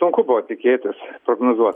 sunku buvo tikėtis prognozuot